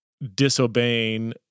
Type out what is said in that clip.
disobeying